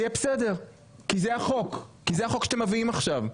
יהיה בסדר כי זה החוק שאתם מביאים עכשיו.